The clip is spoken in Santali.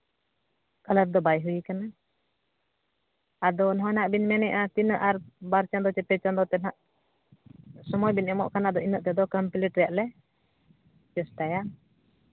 ᱠᱟᱞᱟᱨ ᱫᱚ ᱵᱟᱭ ᱦᱩᱭ ᱠᱟᱱᱟ ᱟᱨ ᱡᱟᱦᱟᱱᱟᱜ ᱵᱮᱱ ᱢᱮᱱᱮᱫᱼᱟ ᱛᱤᱱᱟᱹᱜ ᱟᱨ ᱵᱟᱨ ᱪᱟᱸᱫᱳ ᱥᱮ ᱯᱮ ᱪᱟᱸᱫᱳ ᱛᱮ ᱦᱟᱸᱜ ᱥᱚᱢᱚᱭ ᱵᱮᱱ ᱮᱢᱚᱜ ᱠᱟᱱᱟ ᱤᱱᱟᱹᱜ ᱛᱮᱫᱚ ᱠᱚᱢᱯᱞᱤᱴ ᱨᱮᱭᱟᱜ ᱞᱮ ᱪᱮᱥᱴᱟᱭᱟ